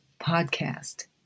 Podcast